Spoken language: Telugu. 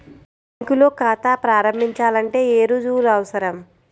బ్యాంకులో ఖాతా ప్రారంభించాలంటే ఏ రుజువులు అవసరం?